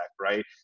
right